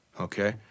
Okay